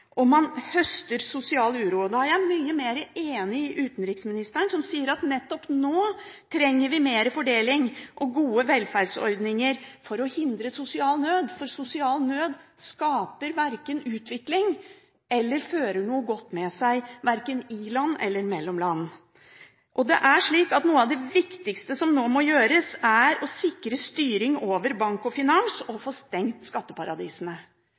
Man høster sosial uro. Da er jeg mye mer enig med utenriksministeren, som sier at vi nettopp nå trenger mer fordeling og gode velferdsordninger for å hindre sosial nød. Sosial nød skaper ikke utvikling og fører ikke noe godt med seg – verken i land eller mellom land. Noe av det viktigste som nå må gjøres, er å sikre styring av bank og finans og få stengt skatteparadisene.